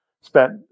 spent